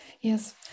Yes